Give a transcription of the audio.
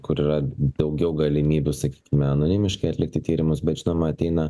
kur yra daugiau galimybių sakykime anonimiškai atlikti tyrimus bet žinoma ateina